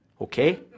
Okay